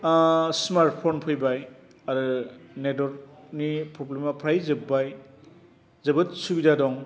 smartphone फैबाय आरो नेटवार्कनि प्रब्लेमा फ्राय जोब्बाय जोबोद सुबिदा दं